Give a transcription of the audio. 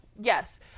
Yes